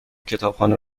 کتابخانه